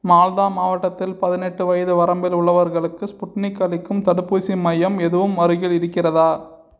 மால்தா மாவட்டத்தில் பதினெட்டு வயது வரம்பில் உள்ளவர்களுக்கு ஸ்புட்னிக் அளிக்கும் தடுப்பூசி மையம் எதுவும் அருகில் இருக்கிறதா